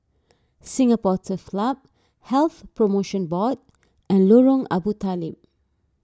Singapore Turf Club Health Promotion Board and Lorong Abu Talib